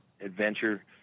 adventure